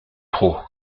trop